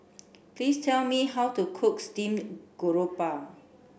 please tell me how to cook Steamed Garoupa